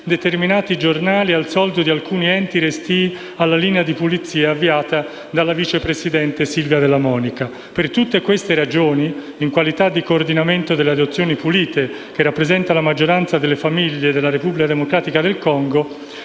determinati giornali, al soldo di alcuni enti restii alla linea di pulizia avviata dalla vice presidente Silvia Della Monica. Per tutte queste ragioni, in qualità di Coordinamento adozioni pulite, che rappresenta la maggioranza delle famiglie della RDC, riteniamo assurda e